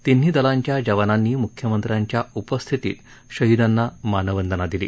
तिन्ही दलांच्या जवानांनी म्ख्यमंत्र्यांच्या उपस्थितीत शहिदांना मानवंदना दिली